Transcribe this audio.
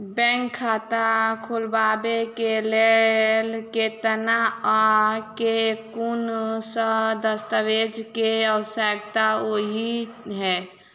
Bank खाता खोलबाबै केँ लेल केतना आ केँ कुन सा दस्तावेज केँ आवश्यकता होइ है?